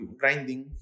grinding